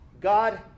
God